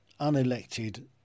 unelected